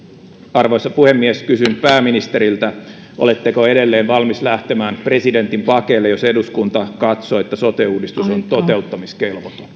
arvoisa puhemies kysyn nyt pääministeriltä oletteko edelleen valmis lähtemään presidentin pakeille jos eduskunta katsoo että sote uudistus on toteuttamiskelvoton